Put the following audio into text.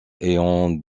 ayant